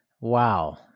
wow